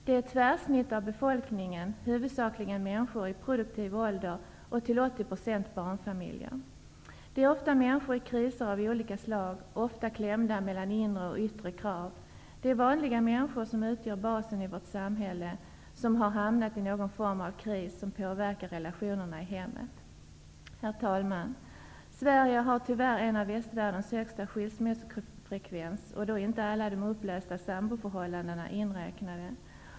Det är ett tvärsnitt av befolkningen, huvudsakligen människor i produktiv ålder och till 80 % barnfamiljer. Det är ofta människor i kriser av olika slag, ofta klämda mellan inre och yttre krav. Det är vanliga människor -- människor som utgör basen i vårt samhälle -- som har hamnat i någon form av kris som påverkar relationerna i hemmet. Herr talman! Sverige har tyvärr en av västvärldens högsta skilsmässofrekvenser, och då är inte alla de upplösta samboförhållandena inräknade.